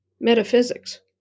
metaphysics